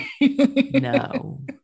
No